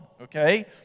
okay